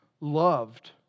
loved